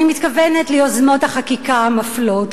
אני מתכוונת ליוזמות החקיקה המפלות,